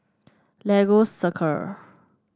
Lagos Circle